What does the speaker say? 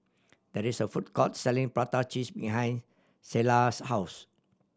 there is a food court selling prata cheese behind Sheilah's house